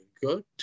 good